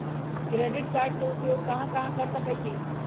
Credit card के उपयोग कहां कहां कर सकईछी?